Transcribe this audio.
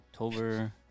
October